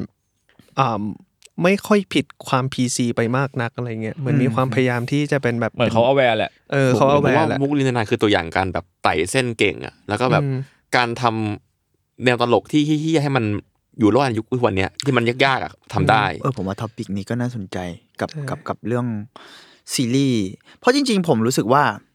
อ่ำไม่ค่อยผิดความ PC ไปมากนักอะไรเงี้ยเหมือนมีอืมความครับพยายามที่จะเป็นแบบเหมือนเขาเอา aware แหละเออเขาเอา awareผมว่ามุกลินทนายคือตัวอย่างการแบบไต่เส้นเก่งอะแล้วก็แบบอืมการทำแนวตลกที่เหี้ยๆให้มันอยู่รอดในยุควันเนี้ยที่มันยากๆอะทำอืมได้เออผมว่า topic นี้ก็น่าสนใจกับ-กับ-กับเรื่องซีรีส์เพราะจริงๆผมรู้สึกว่า